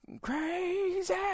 Crazy